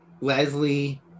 Leslie